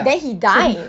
then he died